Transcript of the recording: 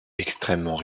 extrêmement